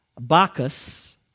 Bacchus